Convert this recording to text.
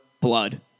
blood